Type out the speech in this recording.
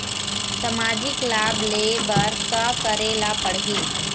सामाजिक लाभ ले बर का करे ला पड़ही?